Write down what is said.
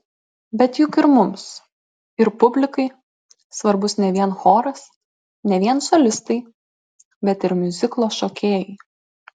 bet juk ir mums ir publikai svarbus ne vien choras ne vien solistai bet ir miuziklo šokėjai